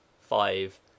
five